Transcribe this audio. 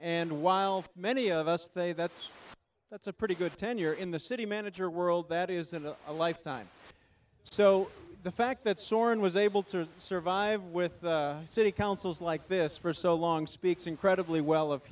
and while many of us they that's that's a pretty good tenure in the city manager world that isn't a lifetime so the fact that soren was able to survive with city councils like this for so long speaks incredibly well of